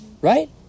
Right